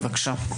בבקשה.